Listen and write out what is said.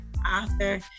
Author